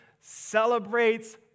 celebrates